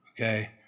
Okay